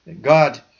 God